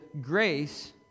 grace